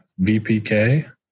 VPK